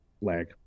lag